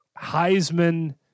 Heisman